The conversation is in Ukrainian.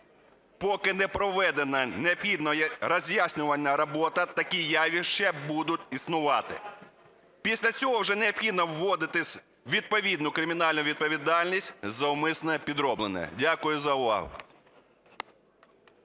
Поки не проведена необхідна роз'яснювальна робота, такі явища будуть існувати. Після цього вже необхідно вводити відповідну кримінальну відповідальність за умисне підроблення. Дякую за увагу.